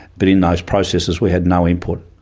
but in those processes we had no input.